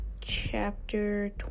chapter